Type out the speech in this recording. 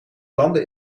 landen